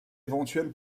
éventuelle